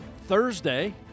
Thursday